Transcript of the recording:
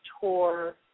tour